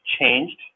changed